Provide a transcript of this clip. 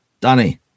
Danny